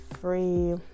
free